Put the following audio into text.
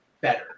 better